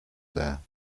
there